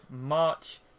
March